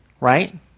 Right